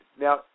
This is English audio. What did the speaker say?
Now